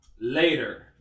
later